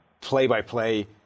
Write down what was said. play-by-play